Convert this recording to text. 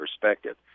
perspective